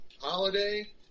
holiday